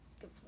Good